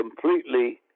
completely